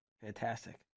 fantastic